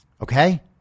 okay